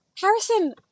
Harrison